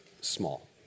small